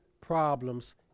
problems